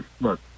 look